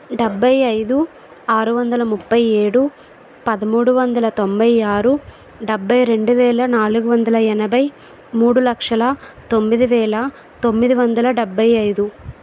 డెబ్బై ఐదు ఆరు వందల ముప్పై ఏడు పదమూడు వందల తోంభై ఆరు డెబ్బై రెండు వేల నాలుగు వందల ఎనభై మూడు లక్షల తొమ్మిది వేల తొమ్మిది వందల డెబ్బై ఐదు